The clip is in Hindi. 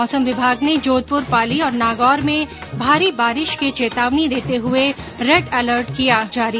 मौसम विभाग ने जोधपुर पाली और नागौर में भारी बारिश के चेतावनी देते हुए रेड अलर्ट किया जारी